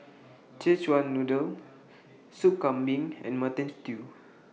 Szechuan Noodle Soup Kambing and Mutton Stew